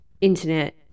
internet